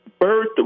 birth